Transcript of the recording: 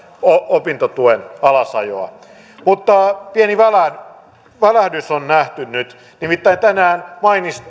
opintotuen alasajoa mutta pieni välähdys on nähty nyt nimittäin tänään